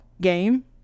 game